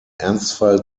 ernstfall